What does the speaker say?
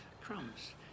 Crumbs